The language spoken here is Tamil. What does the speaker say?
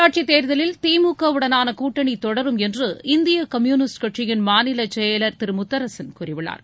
உள்ளாட்சி தேர்தலில் திமுகவுடனான கூட்டணி தொடரும் என்று இந்திய கம்யூனிஸட் கட்சியின் மாநில செயலர் திரு முத்தரசன் கூறியுள்ளார்